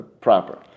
proper